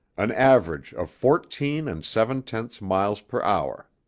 an average of fourteen and seven-tenths miles per hour.